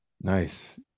nice